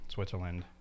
Switzerland